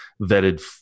vetted